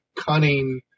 cunning